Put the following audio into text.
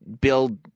build